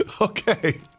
okay